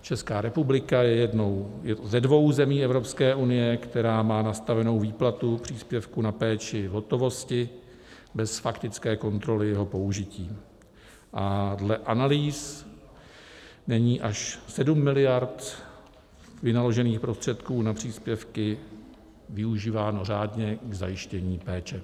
Česká republika je jednou ze dvou zemí EU, která má nastavenu výplatu příspěvku na péči v hotovosti bez faktické kontroly jeho použití a dle analýz není až 7 miliard vynaložených prostředků na příspěvky využíváno řádně k zajištění péče.